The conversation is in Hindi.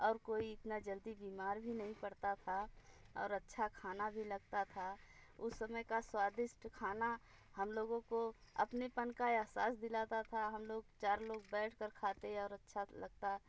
और कोई इतना जल्दी बीमार भी नहीं पड़ता था और अच्छा खाना भी लगता था उस समय का स्वादिष्ट खाना हम लोगों को अपनेपन का अहसास दिलाता था हम लोग चार लोग बैठ कर खाते और अच्छा लगता